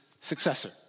successor